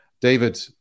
David